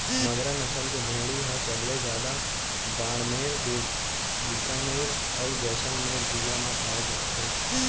मगरा नसल के भेड़ी ह सबले जादा बाड़मेर, बिकानेर, अउ जैसलमेर जिला म पाए जाथे